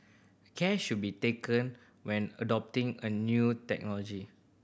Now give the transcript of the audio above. care should be taken when adopting a new technology